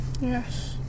Yes